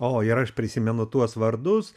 o ir aš prisimenu tuos vardus